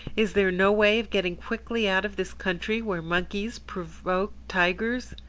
is there no way of getting quickly out of this country where monkeys provoke tigers?